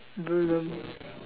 don't even